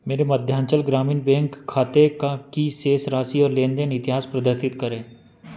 मेरे मध्यांचल ग्रामीण बेंक खाते का की शेष राशि और लेन देन इतिहास प्रदर्शित करें